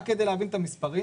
רק כדי להבין את המספרים,